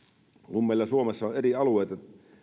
kun meillä suomessa on eri alueita